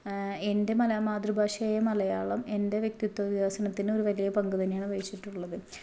എൻ്റെ മ മാതൃഭാഷയായ മലയാളം എൻ്റെ വ്യക്തിത്വ വികസനത്തിന് വലിയ പങ്കു തന്നെയാണ് വഹിച്ചിട്ടുള്ളത്